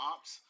Ops